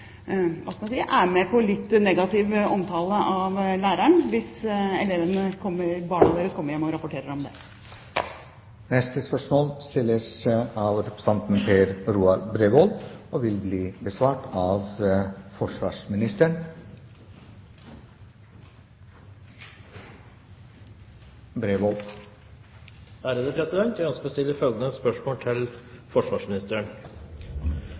er med på litt negativ omtale av læreren, hvis barna deres kommer hjem og rapporterer om det. Dette spørsmålet er overført til barne-, likestillings- og inkluderingsministeren som rette vedkommende. Spørsmålet er utsatt til neste spørretime. Jeg ønsker å stille følgende spørsmål til forsvarsministeren: